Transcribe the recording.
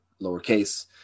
lowercase